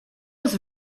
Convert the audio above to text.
was